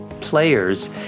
players